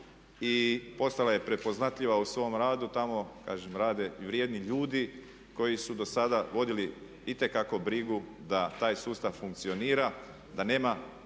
i postala je prepoznatljiva u svom radu tamo kažem rade vrijedni ljudi koji su do sada vodili itekako brigu da taj sustav funkcionira, da nema